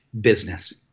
business